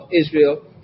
Israel